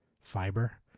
fiber